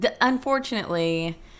Unfortunately